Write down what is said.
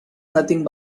nothing